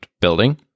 building